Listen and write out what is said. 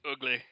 ugly